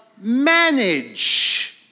manage